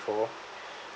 before